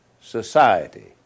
Society